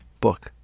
book